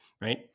right